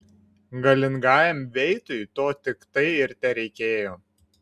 galingajam veitui to tiktai ir tereikėjo